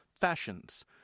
fashions